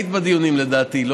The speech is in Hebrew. היית בדיונים לדעתי,